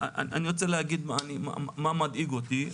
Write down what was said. אני רוצה להגיד מה מדאיג אותי.